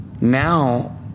now